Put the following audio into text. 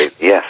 Yes